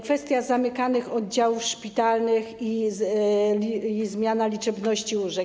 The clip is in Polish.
Kwestia zamykanych oddziałów szpitalnych i zmiana liczebności łóżek.